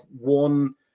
one